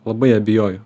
labai abejoju